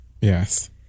Yes